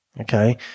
okay